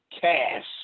cash